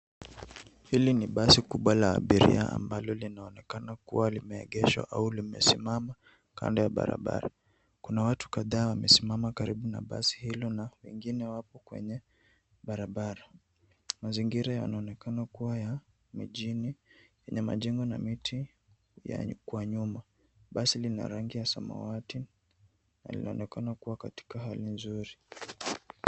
Hili ni basi kubwa la abiria ambalo linaonekana kuwa limeegeshwa au limesimama kando ya barabara. Kuna watu kadhaa wamesimama karibu na basi hilo na wengine wapo kwenye barabara. Mazingira yanaonekana kuwa ya mjini yenye majengo na miti kwa nyuma. Basi lina rangi ya samawati na linaonekana katika hali nzuri.